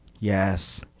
Yes